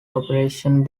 operation